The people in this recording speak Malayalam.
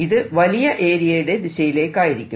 ഇത് വലിയ ഏരിയയുടെ ദിശയിലേക്കായിരിക്കും